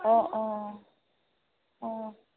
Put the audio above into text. অঁ অঁ অঁ